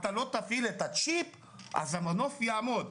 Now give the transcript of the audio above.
אם לא תפעיל את הצ'יפ המנוף יעמוד,